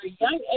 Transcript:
young